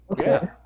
Okay